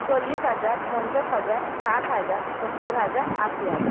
চল্লিশ হাজার পঞ্চাশ হাজার ষাট হাজার সত্তর হাজার আশি হাজার